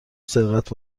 سرقت